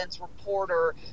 reporter